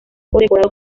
condecorado